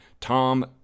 Tom